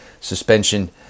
suspension